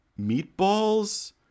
Meatballs